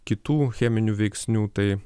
kitų cheminių veiksnių tai